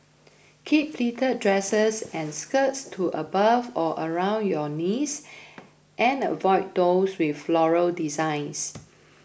keep pleated dresses or skirts to above or around your knees and avoid those with floral designs